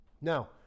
Now